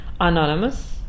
anonymous